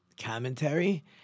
commentary